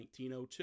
1902